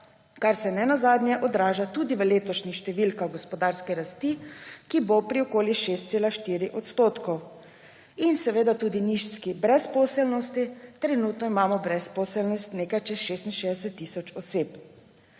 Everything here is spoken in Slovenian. kar se nenazadnje odraža tudi v letošnjih številkah gospodarske rasti, ki bo pri okoli 6,4 %, in seveda tudi nizki brezposelnosti. Trenutno imamo brezposelnih nekaj čez 66 tisoč oseb.